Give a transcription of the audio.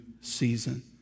season